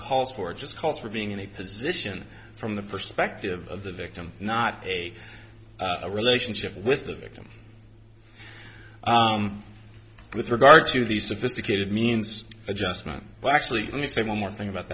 calls for it just calls for being in a position from the perspective of the victim not a relationship with the victim with regard to these sophisticated means adjustment well actually let me say one more thing about